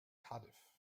cardiff